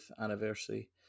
anniversary